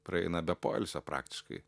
praeina be poilsio praktiškai